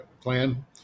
plan